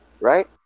Right